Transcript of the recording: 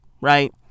Right